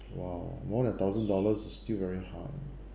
!wow! more than thousand dollars is still very high ah